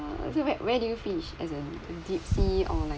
not so bad where do you fish as in deep sea or like